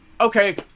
okay